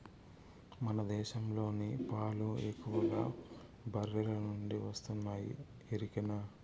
మన దేశంలోని పాలు ఎక్కువగా బర్రెల నుండే వస్తున్నాయి ఎరికనా